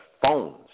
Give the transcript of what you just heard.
phones